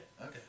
Okay